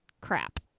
crap